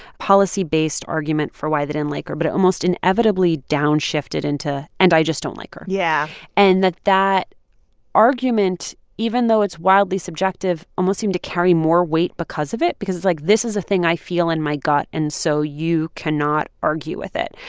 policy-based argument for why they didn't like her, but it almost inevitably downshifted into, and i just don't like her. yeah. and that that argument, even though it's wildly subjective, almost seemed to carry more weight because of it because it's like, this is a thing i feel in my gut, and so you cannot argue with it.